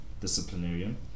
disciplinarian